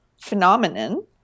phenomenon